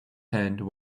hand